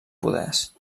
poders